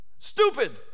stupid